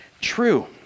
true